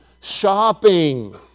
Shopping